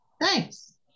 Thanks